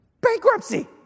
Bankruptcy